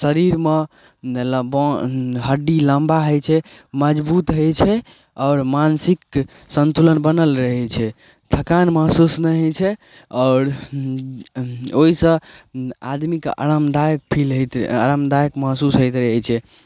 शरीरमे बोन हड्डी लम्बा होई छै मजबूत होय छै आओर मानसिक संतुलन बनल रहै छै थकान महसूस नहि होइ छै आओर ओहि सऽ आदमीके आरामदायक फील होयत आरामदायक महसूस होयत रहै छै